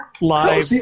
live